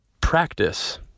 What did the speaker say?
practice